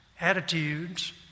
attitudes